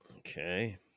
Okay